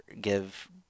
give